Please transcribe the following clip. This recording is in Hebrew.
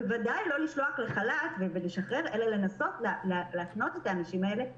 בוודאי לא לשלוח לחל"ת ולשחרר אלא לנסות להפנות את האנשים האלה.